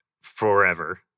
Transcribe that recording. forever